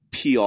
PR